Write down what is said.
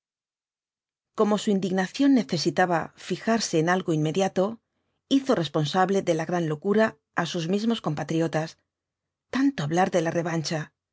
como su indignación necesitaba fijarse en algo inmediato hizo responsable de la gran locura á sus mismos compatriotas tanto hablar de la revancha